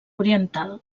oriental